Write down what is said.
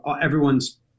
everyone's